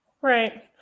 right